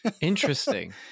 Interesting